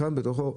כאן בתוכו,